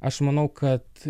aš manau kad